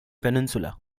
peninsula